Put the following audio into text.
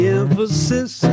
emphasis